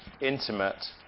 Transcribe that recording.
intimate